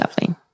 lovely